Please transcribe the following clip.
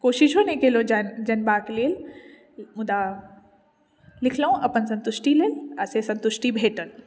कोशिशो नहि केलहुँ जन जनबाक लेल मुदा लिखलहुँ अपन सन्तुष्टि लेल आ से सन्तुष्टि भेटल